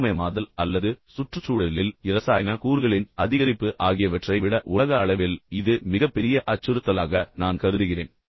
வெப்பமயமாதல் அல்லது சுற்றுச்சூழலில் இரசாயன கூறுகளின் அதிகரிப்பு ஆகியவற்றை விட உலக அளவில் இது மிகப் பெரிய அச்சுறுத்தலாக நான் கருதுகிறேன்